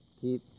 keep